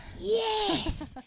Yes